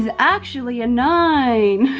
and actually a nine.